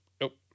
nope